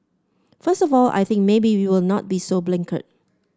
first of all I think maybe you will not be so blinkered